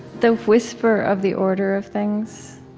the whisper of the order of things.